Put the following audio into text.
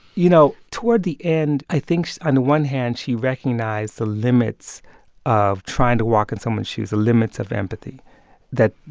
you know, toward the end, i think on the one hand, she recognized the limits of trying to walk in someone's shoes, the limits of empathy that,